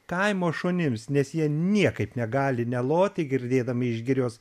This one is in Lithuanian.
kaimo šunims nes jie niekaip negali neloti girdėdami iš girios